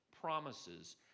promises